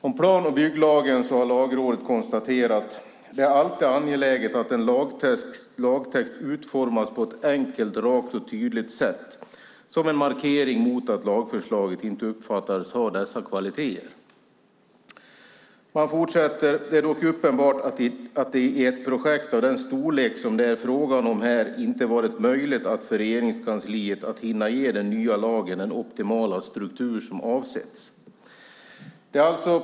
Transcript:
Lagrådet har konstaterat följande om plan och bygglagen: Det är alltid angeläget att en lagtext utformas på ett enkelt, rakt och tydligt sätt. Detta som en markering mot att lagförslaget inte uppfattades ha dessa kvaliteter. Man fortsätter: Det är dock uppenbart att det i ett projekt av den storlek som det är fråga om här inte varit möjligt för Regeringskansliet att hinna ge den nya lagen den optimala struktur som avsetts.